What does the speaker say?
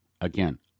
again